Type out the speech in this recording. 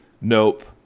nope